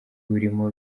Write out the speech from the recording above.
urimo